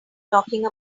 talking